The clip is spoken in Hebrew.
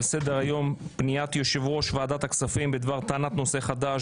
על סדר-היום: פניית יושב-ראש ועדת הכספים בדבר טענת נושא חדש